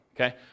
Okay